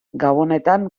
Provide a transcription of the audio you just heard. gabonetan